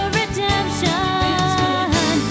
redemption